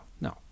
no